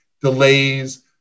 delays